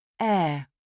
Air